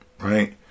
right